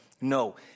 No